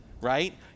right